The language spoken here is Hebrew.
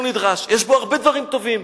שיש בו הרבה דברים טובים,